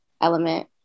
element